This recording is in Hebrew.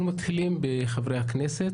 אנחנו מתחילים בחברי הכנסת.